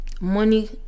money